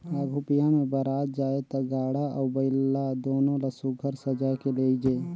आघु बिहा मे बरात जाए ता गाड़ा अउ बइला दुनो ल सुग्घर सजाए के लेइजे